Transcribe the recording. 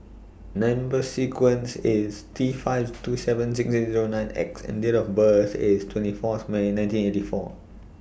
Number sequence IS T five two seven six eight Zero nine X and Date of birth IS twenty four May nineteen eighty four